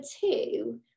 two